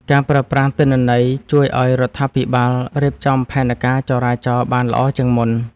ការប្រើប្រាស់ទិន្នន័យ ជួយឱ្យរដ្ឋាភិបាលរៀបចំផែនការចរាចរណ៍បានល្អជាងមុន។